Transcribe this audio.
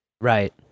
right